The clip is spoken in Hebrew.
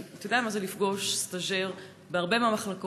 אתה יודע מה זה לפגוש סטאז'ר בהרבה מהמחלקות.